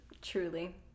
Truly